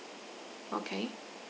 okay